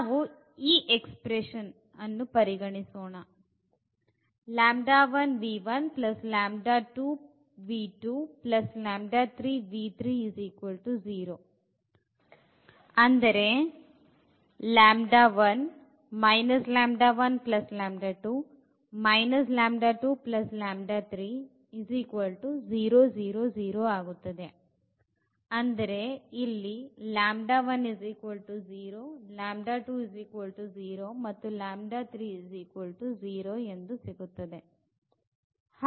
ನಾವು ಈ ಅಭಿವ್ಯಕ್ತಿಯನ್ನು ಪರಿಗಣಿಸೋಣ